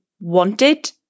wanted